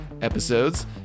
episodes